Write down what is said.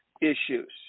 issues